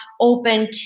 open